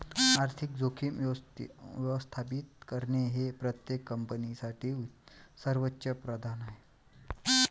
आर्थिक जोखीम व्यवस्थापित करणे हे प्रत्येक कंपनीसाठी सर्वोच्च प्राधान्य आहे